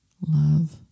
love